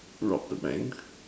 rob the bank